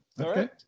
Okay